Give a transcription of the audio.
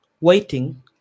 waiting